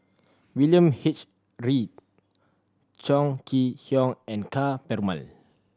William H Read Chong Kee Hiong and Ka Perumal